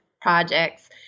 projects